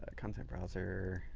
content browser.